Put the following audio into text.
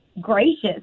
gracious